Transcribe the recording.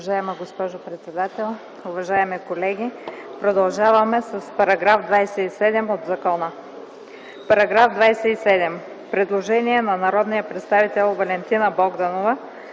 Уважаема госпожо председател, уважаеми колеги, продължаваме с § 27 от законопроекта. По § 27 има предложение на народния представител Валентина Богданова